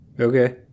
Okay